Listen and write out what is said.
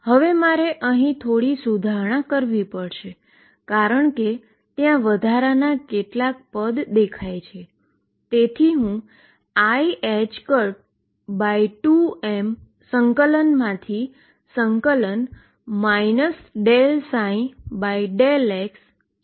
હવે મારે થોડી સુધારણા અહી કરવી પડશે કારણ કે ત્યાં વધારા કેટલાક પદ દેખાય છે